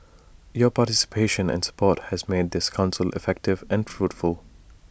your participation and support have made this Council effective and fruitful